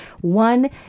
One